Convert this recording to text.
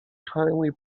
kindly